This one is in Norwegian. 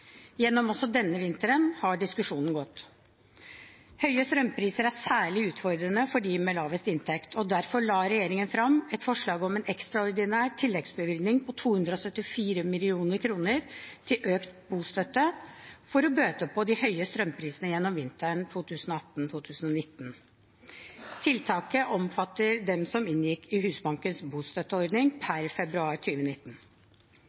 gjennom denne vinteren har diskusjonen gått. Høye strømpriser er særlig utfordrende for dem med lavest inntekt, og derfor la regjeringen frem et forslag om en ekstraordinær tilleggsbevilgning på 274 mill. kr til økt bostøtte for å bøte på de høye strømprisene gjennom vinteren 2018–2019. Tiltaket omfatter dem som inngikk i Husbankens bostøtteordning